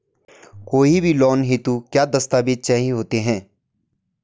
कोई भी लोन हेतु क्या दस्तावेज़ चाहिए होते हैं?